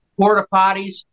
porta-potties